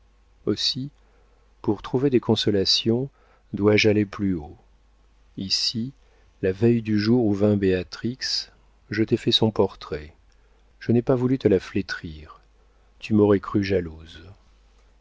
aussi pour trouver des consolations dois-je aller plus haut ici la veille du jour où vint béatrix je t'ai fait son portrait je n'ai pas voulu te la flétrir tu m'aurais crue jalouse